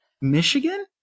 Michigan